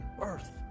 earth